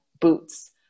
boots